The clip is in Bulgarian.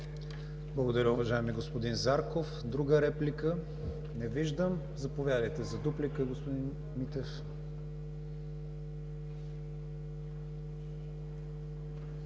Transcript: Благодаря, уважаеми господин Зарков. Друга реплика? Не виждам. Заповядайте за дуплика, господин Митев.